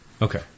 Okay